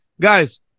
Guys